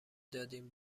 دادیم